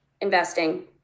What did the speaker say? investing